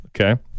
Okay